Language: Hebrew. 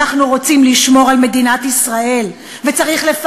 אנחנו רוצים לשמור על מדינת ישראל,